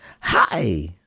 hi